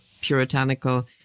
puritanical